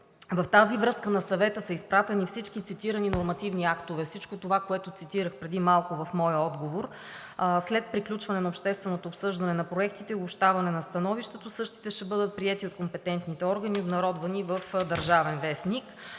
В тази връзка на Съвета са изпратени всички цитирани нормативни актове – всичко това, което цитирах преди малко в моя отговор. След приключване на общественото обсъждане на проектите и обобщаване на становището същите ще бъдат приети от компетентните органи и обнародвани в „Държавен вестник“.